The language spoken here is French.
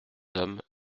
hommes